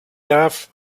darf